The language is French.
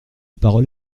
parole